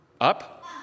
Up